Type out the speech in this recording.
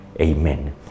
Amen